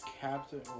Captain